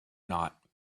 not